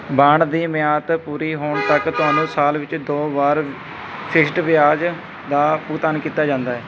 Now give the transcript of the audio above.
bond ਦੀ ਮਿਆਦ ਪੂਰੀ ਹੋਣ ਤੱਕ ਤੁਹਾਨੂੰ ਸਾਲ ਵਿੱਚ ਦੋ ਵਾਰ ਫਿਕਸਡ ਵਿਆਜ ਦਾ ਭੁਗਤਾਨ ਕੀਤਾ ਜਾਂਦਾ ਹੈ